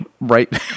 right